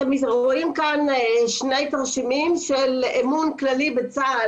אתם רואים כאן שני תרשימים של אמון כללי בצה"ל,